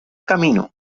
camino